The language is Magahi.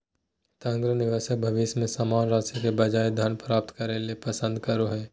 तर्कसंगत निवेशक भविष्य में समान राशि के बजाय धन प्राप्त करे ल पसंद करो हइ